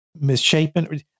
misshapen